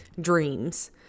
Dreams